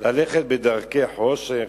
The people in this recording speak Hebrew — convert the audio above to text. ללכת בדרכי חשך.